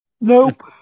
Nope